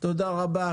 תודה רבה.